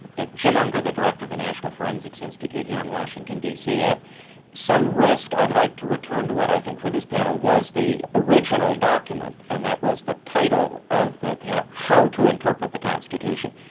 jim unger, the director of the national forensics institute here in washington d c. at some risk, i'd like to return to what i think for this panel was the original document, and that was the title of the panel, how to interpret the constitution.